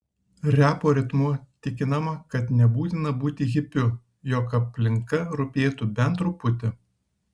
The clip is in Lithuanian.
repo ritmu tikinama kad nebūtina būti hipiu jog aplinka rūpėtų bent truputį